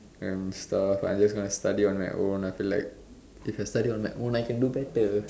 and stuff I just want to study on my own I feel like if I study on my own I can do better